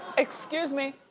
excuse me.